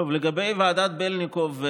לגבי ועדת בלניקוב,